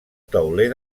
tauler